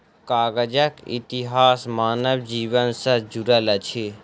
कागजक इतिहास मानव जीवन सॅ जुड़ल अछि